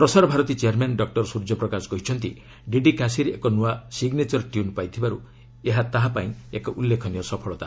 Prasar Bharati chairman doctor Surya Prakash କହିଛନ୍ତି DD Kashir ଏକ ନୂଆ ସିଗ୍ନେଚର ଟ୍ୟୁନ୍ ପାଇଥିବାରୁ ଏହା ତାହା ପାଇଁ ଏକ ଉଲ୍ଲେଖନୀୟ ସଫଳତା